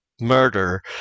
murder